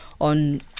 on